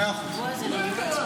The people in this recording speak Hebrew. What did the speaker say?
אה, לא ידעתי.